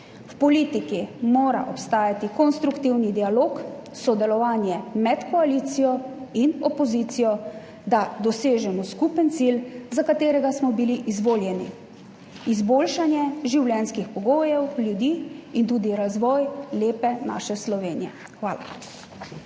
V politiki mora obstajati konstruktivni dialog, sodelovanje med koalicijo in opozicijo, da dosežemo skupen cilj, za katerega smo bili izvoljeni, izboljšanje življenjskih pogojev ljudi in tudi razvoj naše lepe Slovenije. Hvala.